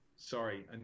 Sorry